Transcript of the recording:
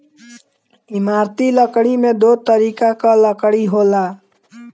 इमारती लकड़ी में दो तरीके कअ लकड़ी होला